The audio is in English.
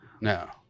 no